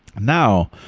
now,